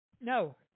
No